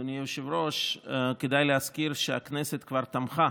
אדוני היושב-ראש, כדאי להזכיר שהכנסת כבר תמכה